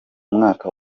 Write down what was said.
mwaka